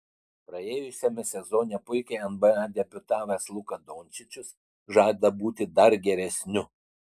praėjusiame sezone puikiai nba debiutavęs luka dončičius žada būti dar geresniu